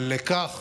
לכך